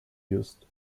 used